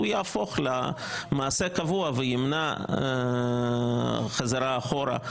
הוא יהפוך למעשה קבוע וימנע חזרה אחורה.